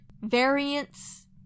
variance